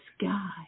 sky